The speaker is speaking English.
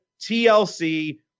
TLC